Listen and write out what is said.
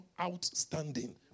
outstanding